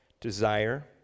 desire